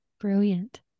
Brilliant